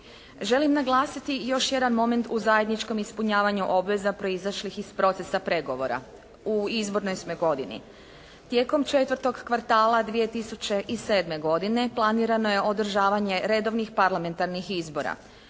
Želim naglasiti još jedan moment u zajedničkom ispunjavanju obveza proizašlih iz procesa pregovora. U izbornoj smo godini. Tijekom četvrtog kvartala 2007. godine planirano je održavanje redovnih parlamentarnih izbora.